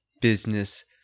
business